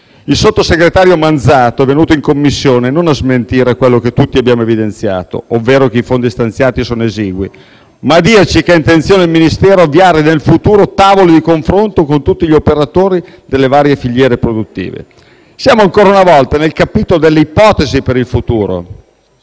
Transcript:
Il sottosegretario Manzato è venuto in Commissione non a smentire quello che tutti abbiamo evidenziato, ovvero che i fondi stanziati sono esigui, ma a dirci che è intenzione del Ministero avviare nel futuro tavoli di confronto con tutti gli operatori delle varie filiere produttive. Siamo ancora una volta nel capitolo delle ipotesi per il futuro.